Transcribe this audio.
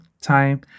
time